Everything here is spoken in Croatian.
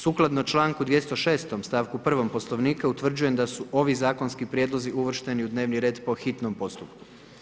Sukladno članku 206. stavku 1. Poslovnika utvrđujem da su ovi zakonski prijedlozi uvršteni u dnevni red po hitnom postupku.